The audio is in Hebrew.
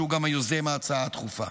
שהוא גם היוזם ההצעה הדחופה.